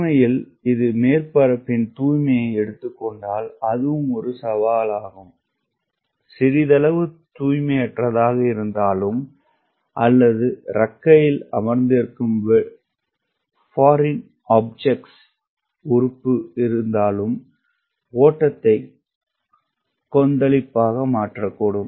உண்மையில் இது மேற்பரப்பின் தூய்மையை எடுத்துக் கொண்டால் அதுவும் ஒரு சவாலாகும் சிறிதளவு தூய்மையற்றதாக இருந்தாலும் அல்லது இறக்கையில் அமர்ந்திருக்கும் வெளிநாட்டு உறுப்பு இருந்தாலும் ஓட்டத்தை கொந்தளிப்பாக மாற்றக்கூடும்